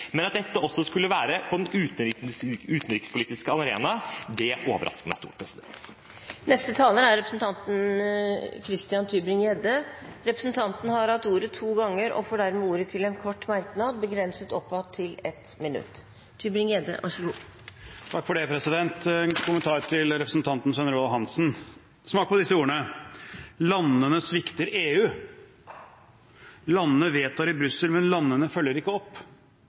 Men at dette også skulle skje på den utenrikspolitiske arena, overrasker meg stort. Representanten Tybring-Gjedde har hatt ordet to ganger tidligere og får ordet til en kort merknad, begrenset til 1 minutt. En kommentar til representanten Svein Roald Hansen. Smak på disse ordene: Landene svikter EU. Landene vedtar i Brussel, men landene følger ikke opp.